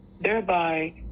thereby